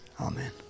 Amen